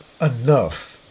enough